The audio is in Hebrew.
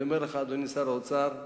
אני אומר לך, אדוני שר האוצר,